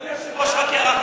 אדוני היושב-ראש, רק הערה,